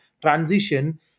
transition